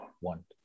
want